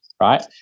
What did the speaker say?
right